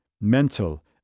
mental